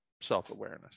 self-awareness